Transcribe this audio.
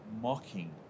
mocking